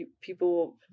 people